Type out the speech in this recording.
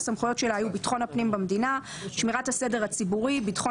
והסמכויות שלה היו: ביטחון הפנים במדינה; שמירת הסדר הציבורי; ביטחון